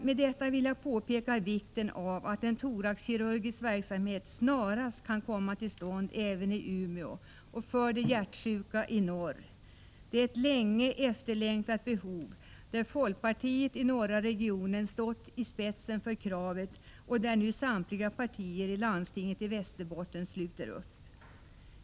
Med detta vill jag påpeka vikten av att en thoraxkirurgisk verksamhet snarast kan komma till stånd även i Umeå för de hjärtsjuka i norr. Det är ett länge efterlängtat önskemål där folkpartiet i norra regionen stått i spetsen för kravet, och där nu samtliga partier i landstinget i Västerbotten sluter upp.